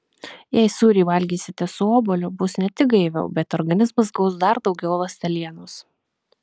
jei sūrį valgysite su obuoliu bus ne tik gaiviau bet organizmas gaus dar daugiau ląstelienos